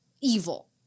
evil